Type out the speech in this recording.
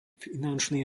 finančný